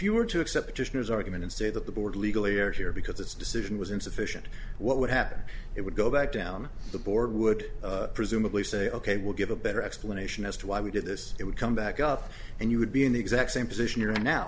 you were to accept just his argument and say that the board legally are here because its decision was insufficient what would happen it would go back down the board would presumably say ok we'll give a better explanation as to why we did this it would come back up and you would be in the exact same position you're now